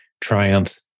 triumphs